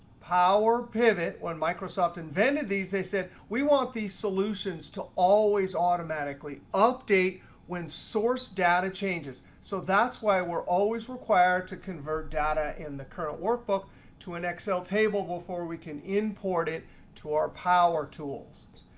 power pivot, when microsoft invented these, they said we want these solutions to always automatically update when source data changes. so that's why we're always required to convert data in the current workbook to an excel table before we can import it to our power tools.